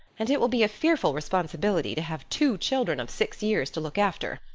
and it will be a fearful responsibility to have two children of six years to look after.